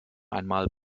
einmal